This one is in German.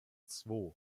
zwei